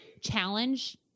challenge